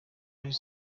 ally